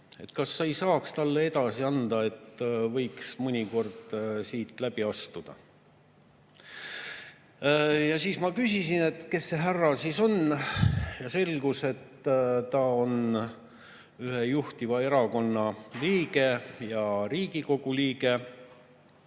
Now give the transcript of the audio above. Et kas sa ei saaks talle edasi anda, et võiks mõnikord siit läbi astuda. Siis ma küsisin [veel kord], et kes see härra siis on, ja selgus, et ta on ühe juhtiva erakonna liige ja Riigikogu liige. Miks